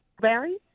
Barry